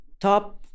top